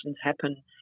happen